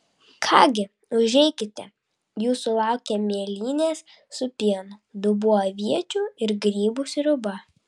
ką gi užeikite jūsų laukia mėlynės su pienu dubuo aviečių ir grybų sriuba